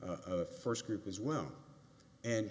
a first group as well and